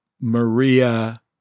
Maria